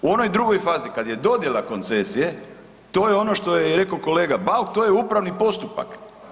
U onoj drugoj fazi kad je dodjela koncesije, to je ono što je rekao i kolega Bauk, to je upravni postupak.